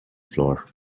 floor